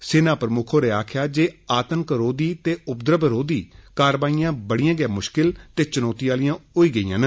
सेना प्रमुक्ख होरें आक्खेआ जे आतंकरोधी ते उपद्रव रोधी कारवाईयां बड़ी गै मुश्किल ते चुनौती आहली होई गेइया न